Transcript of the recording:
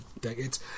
decades